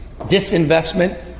disinvestment